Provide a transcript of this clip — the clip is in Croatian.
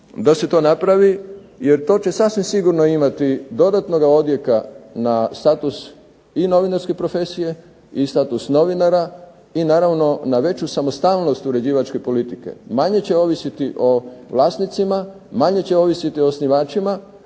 da se to napravi jer to će sasvim sigurno imati dodatnoga odjeka na status i novinarske profesije, i status novinara i naravno na veću samostalnost uređivačke politike. Manje će ovisiti o vlasnicima, manje će ovisiti o osnivačima,